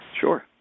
Sure